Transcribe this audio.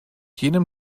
jenem